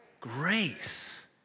Grace